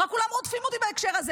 מה כולם רודפים אותי בהקשר הזה.